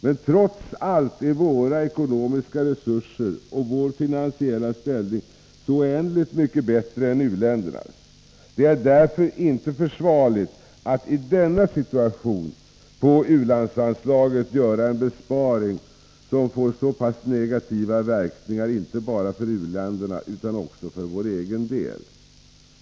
Men trots allt är våra ekonomiska resurser och vår finansiella ställning så oändligt mycket bättre än u-ländernas. Det är därför inte försvarligt att i denna situation på u-landsanslaget göra en besparing som får så pass stora negativa verkningar, inte bara för u-länderna utan också för vår egen del.